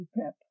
prep